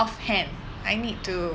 offhand I need to